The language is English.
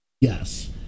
Yes